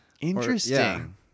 Interesting